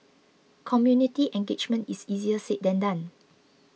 community engagement is easier said than done